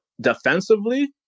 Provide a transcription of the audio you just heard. defensively